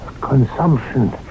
consumption